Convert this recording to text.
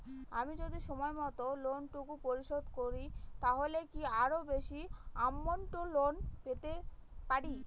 আমি যদি সময় মত লোন টুকু পরিশোধ করি তাহলে কি আরো বেশি আমৌন্ট লোন পেতে পাড়ি?